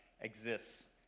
exists